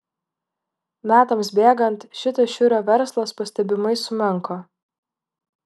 metams bėgant šitas šiurio verslas pastebimai sumenko